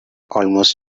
almost